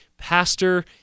pastor